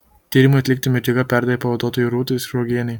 tyrimui atlikti medžiagą perdavė pavaduotojai rūtai sriogienei